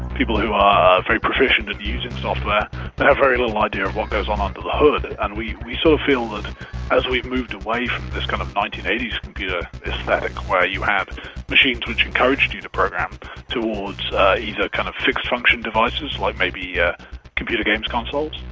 people who are very proficient at using software but have very little idea of what goes on under the hood, and we we so feel that as we've moved away from this kind of nineteen eighty s computer aesthetic where you have machines which encouraged you to program, towards either kind of fixed-function devices, like maybe yeah computer games consoles,